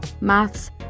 maths